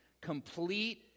complete